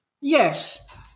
Yes